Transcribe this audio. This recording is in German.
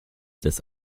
des